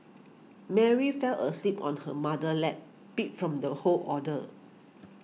Mary fell asleep on her mother's lap beat from the whole ordeal